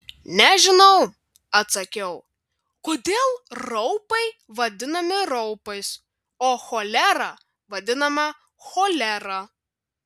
nežinau atsakiau kodėl raupai vadinami raupais o cholera vadinama cholera